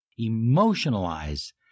emotionalize